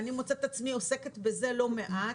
אני מוצאת את עצמי עוסקת בזה לא מעט,